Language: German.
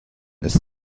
ist